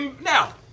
now